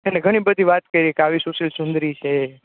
એને ઘણી બધી વાત કરી કે આવી સુશીલ સુંદરી છે